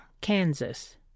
Kansas